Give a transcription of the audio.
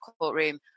courtroom